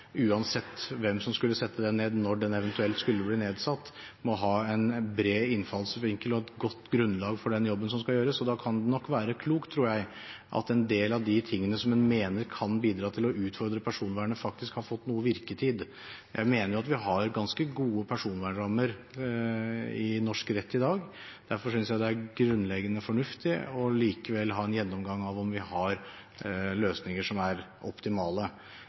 uansett hvem som skulle sette den ned når den eventuelt skulle bli nedsatt, må ha en bred innfallsvinkel og et godt grunnlag for den jobben som skal gjøres. Da kan det være klokt, tror jeg, at en del av de tingene som en mener kan bidra til å utfordre personvernet, faktisk har fått noe virketid. Jeg mener at vi har ganske gode personvernrammer i norsk rett i dag, derfor synes jeg det er grunnleggende fornuftig likevel å ha en gjennomgang av om vi har løsninger som er optimale.